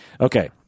okay